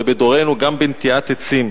ובדורנו גם בנטיעת עצים.